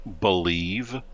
believe